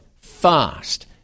Fast